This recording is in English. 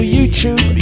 YouTube